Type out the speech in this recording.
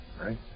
right